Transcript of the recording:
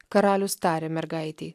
karalius tarė mergaitei